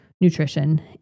nutrition